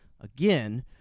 again